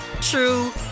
true